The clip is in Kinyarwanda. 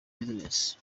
business